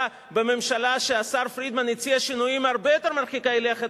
בממשלה כשהשר פרידמן הציע שינויים הרבה יותר מרחיקי לכת